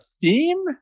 theme